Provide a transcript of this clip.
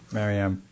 Maryam